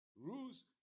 rules